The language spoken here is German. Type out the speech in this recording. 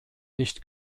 nicht